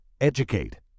Educate